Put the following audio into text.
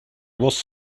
was